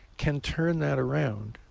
can turn that around.